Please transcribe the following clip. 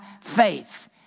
faith